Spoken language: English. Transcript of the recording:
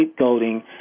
scapegoating